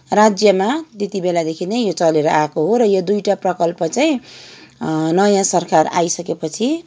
राज्यमा त्यति बेलादेखि नै यो चलेर आएको हो र यो दुईवटा प्रकल्प चाहिँ नयाँ सरकार आइसकेपछि